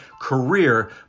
career